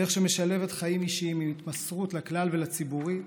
דרך שמשלבת חיים אישיים עם התמסרות לכלל ולציבורי,